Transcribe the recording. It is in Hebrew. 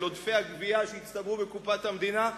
של עודפי הגבייה שהצטברו בקופת המדינה,